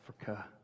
Africa